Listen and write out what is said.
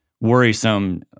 worrisome